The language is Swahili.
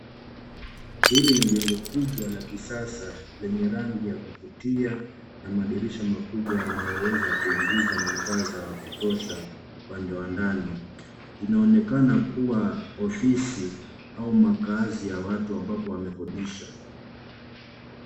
Hili ni jengo kubwa la kisasa, lenye rangi ya kuvutia na madirisha makubwa yanayoweza kuingiza mwangaza wa kutosha upande wa ndani. Inaonekana kuwa ofisi au makazi ya watu ambapo wamekodisha.